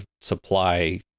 supply